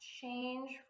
change